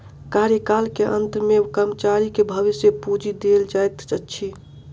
कार्यकाल के अंत में कर्मचारी के भविष्य पूंजी देल जाइत अछि